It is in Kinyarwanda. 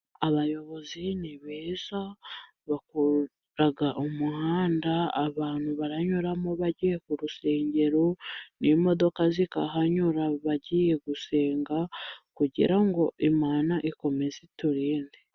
Abayobozi ni beza, bakora umuhanda abantu baranyuramo bagiye ku rusengero, n'imodoka zikahanyura bagiye gusenga kugira ngo imana ikomeze ituririnde.